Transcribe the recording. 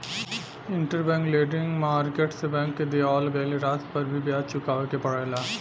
interbank lending market से bank के दिअवावल गईल राशि पर भी ब्याज चुकावे के पड़ेला